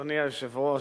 אדוני היושב-ראש,